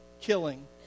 killing